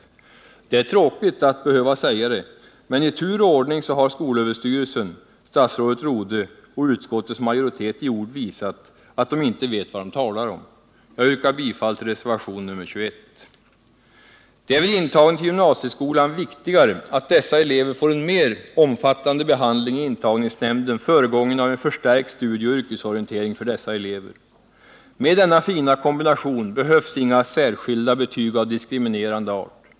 Det är tråkigt att behöva säga det, men i tur och ordning har nu skolöverstyrelsen, statsrådet Rodhe och utskottets majoritet i ord visat att de inte vet vad de talar om. Jag yrkar bifall till reservation nr 21. Det är vid intagning till gymnasieskolan viktigare att dessa elever får en mer omfattande behandling i intagningsnämnden, föregången av en förstärkt studieoch yrkesorientering. Med denna fina kombination behövs inga särskilda betyg av diskriminerande art.